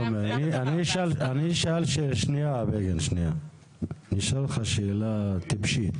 אני אשאל אותך שאלה טיפשית